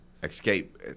Escape